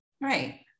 Right